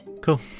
Cool